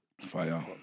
Fire